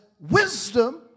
Wisdom